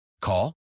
Call